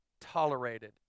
tolerated